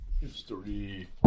history